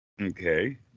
Okay